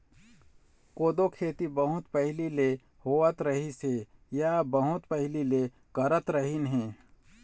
कोदो खेती बहुत पहिली ले होवत रिहिस हे या बहुत पहिली ले करत रिहिन हे